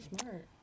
smart